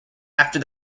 after